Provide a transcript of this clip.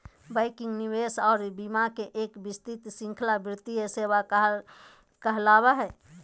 banking, निवेश आर बीमा के एक विस्तृत श्रृंखला वित्तीय सेवा कहलावय हय